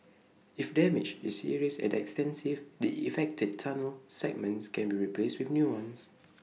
if damage is serious and extensive the affected tunnel segments can be replaced with new ones